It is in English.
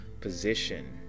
position